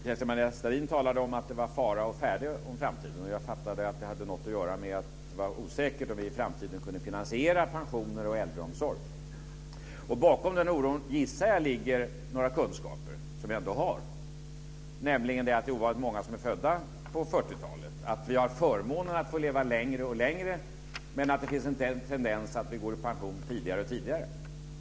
Kerstin-Maria Stalin talade om att det var fara å färde i framtiden, och jag uppfattade att det hade något att göra med att det är osäkert om vi i framtiden kan finansiera pensioner och äldreomsorg. Jag gissar att det bakom den oron ligger några kunskaper som vi ändå har, nämligen att det föddes ovanligt många på 40-talet och att vi har förmånen att få leva allt längre men att det finns en tendens att vi går i pension allt tidigare.